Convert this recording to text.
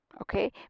Okay